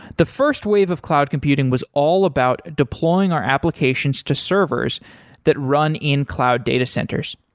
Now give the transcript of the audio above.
the first wave of cloud computing was all about deploying our applications to servers that run in cloud data centers.